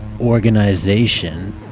organization